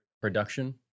production